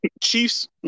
Chiefs